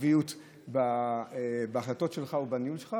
עקביות בהחלטות שלך ובניהול שלך,